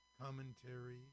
commentary